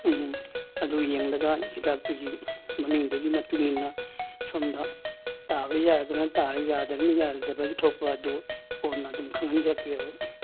ꯎꯝ ꯑꯗꯨ ꯌꯦꯡꯂꯒ ꯍꯤꯗꯥꯛꯇꯨꯒꯤ ꯃꯃꯤꯡꯗꯨꯒꯤ ꯃꯇꯨꯡ ꯏꯟꯅ ꯁꯣꯝꯗ ꯇꯥꯕ ꯌꯥꯔꯒꯅ ꯇꯥꯔꯦ ꯌꯥꯗ꯭ꯔꯒꯅ ꯌꯥꯗꯕꯒꯤ ꯊꯣꯛꯄ ꯑꯗꯨ ꯀꯣꯟꯅ ꯑꯗꯨꯝ ꯈꯪꯍꯟꯖꯔꯛꯀꯦꯕ